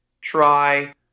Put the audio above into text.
try